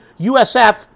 USF